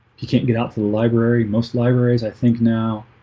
you can't get out to the library most libraries i think now